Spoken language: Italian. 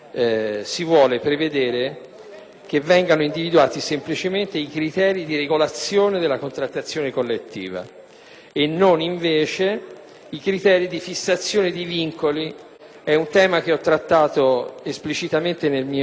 che vengano individuati semplicemente i criteri di regolazione della contrattazione collettiva, e non invece i criteri di fissazione di vincoli alla stessa. È un tema che ho trattato esplicitamente nel mio intervento in discussione generale,